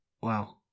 Wow